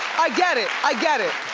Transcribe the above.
i get it, i get it.